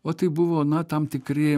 o tai buvo na tam tikri